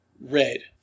red